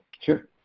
Sure